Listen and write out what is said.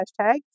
hashtag